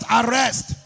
arrest